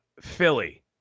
Philly